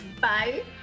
Bye